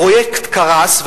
הפרויקט קרס,